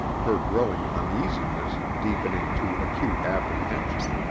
her growing uneasiness, deepening to acute apprehension,